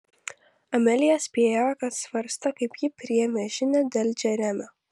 amelija spėjo kad svarsto kaip ji priėmė žinią dėl džeremio